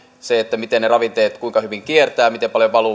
se kuinka hyvin ne ravinteet kiertävät ja miten paljon valuu